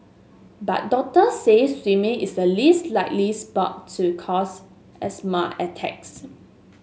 but doctors say swimming is the least likely sport to cause asthma attacks